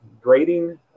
grading